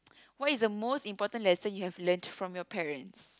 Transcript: why is the most important lesson you have learnt from your parents